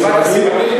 שפת הסימנים.